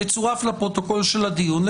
שיצורף לפרוטוקול של הדיון,